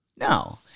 No